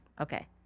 Okay